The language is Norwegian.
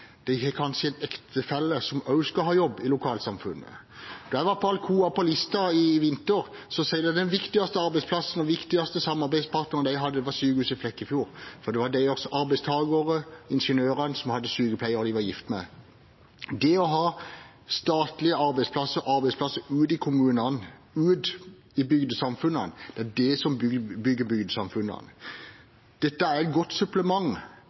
De har kanskje en ektefelle som også skal ha jobb i lokalsamfunnet. Da jeg var på Alcoa på Lista i vinter, sa de at den viktigste arbeidsplassen og den viktigste samarbeidspartneren de hadde, var sykehuset i Flekkefjord, fordi deres arbeidstagere, ingeniørene, hadde sykepleiere de var gift med. Det å ha statlige arbeidsplasser ute i kommunene, ute i bygdesamfunnene, er det som bygger bygdesamfunnene. Dette er et godt supplement,